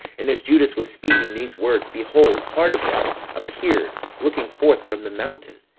and as judas was speaking these words, behold part of them appeared, looking forth from the mountain.